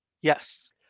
Yes